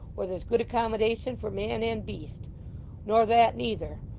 where there's good accommodation for man and beast nor that neither,